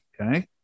okay